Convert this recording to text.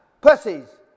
pussies